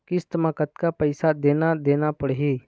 किस्त म कतका पैसा देना देना पड़ही?